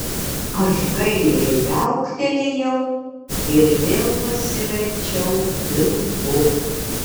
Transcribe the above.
aš gailiai viauktelėjau ir vėl pasiverčiau vilku